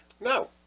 No